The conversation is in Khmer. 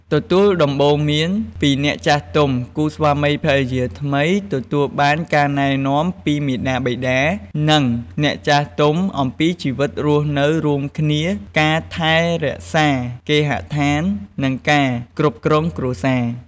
ទទួលដំបូន្មានពីអ្នកចាស់ទុំ គូស្វាមីភរិយាថ្មីទទួលបានការណែនាំពីមាតាបិតា និងអ្នកចាស់ទុំអំពីជីវិតរស់នៅរួមគ្នា ការថែរក្សាគេហដ្ឋាន និងការ គ្រប់គ្រងគ្រួសារ។